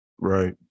Right